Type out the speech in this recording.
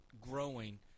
growing